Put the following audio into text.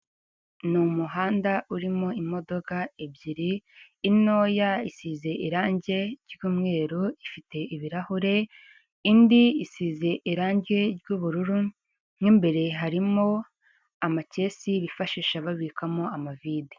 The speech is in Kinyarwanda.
Ni umuhanda urimo imodoka ebyiri intoya isize irangi ry'umweru ifite ibirahure, indi isize irangi ry'ubururu, mo imbere harimo amakesi bifashisha babikamo amavide.